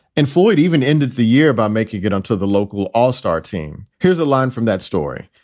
and floyd even ended the year by making get until the local all star team. here's a line from that story.